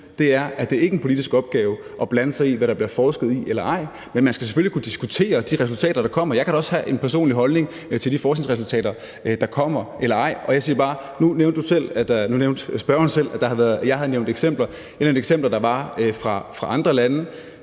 er, at det ikke er en politisk opgave at blande sig i, hvad der bliver forsket i eller ikke bliver forsket i, men man skal selvfølgelig kunne diskutere de resultater, der kommer. Jeg kan da også have en personlig holdning til de forskningsresultater, der kommer eller ikke kommer. Nu nævnte spørgeren selv, at jeg har nævnt eksempler fra andre lande,